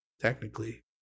technically